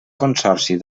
consorci